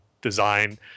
design